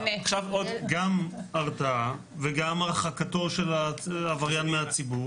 גם הרתעה וגם הרחקתו של העבריין מהציבור.